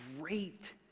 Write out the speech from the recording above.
great